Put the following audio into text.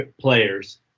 players